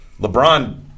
LeBron –